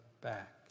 back